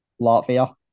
Latvia